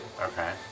Okay